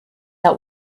out